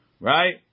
Right